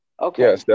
Okay